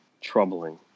troubling